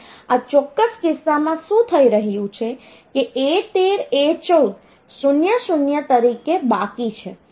તેથી આ ચોક્કસ કિસ્સામાં શું થઈ રહ્યું છે કે A13 A14 00 તરીકે બાકી છે